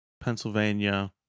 pennsylvania